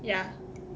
yeah